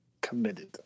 committed